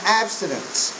abstinence